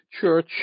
church